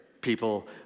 people